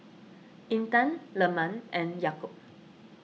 Intan Leman and Yaakob